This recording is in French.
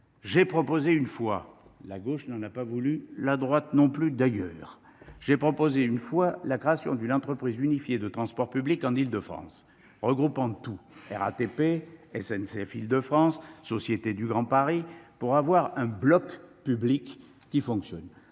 J’ai proposé – la gauche n’en a pas voulu, et la droite non plus d’ailleurs – la création d’une entreprise unifiée de transports publics en Île de France, regroupant la RATP, SNCF Île de France et la Société du Grand Paris, pour avoir un bloc public qui fonctionne